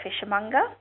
fishmonger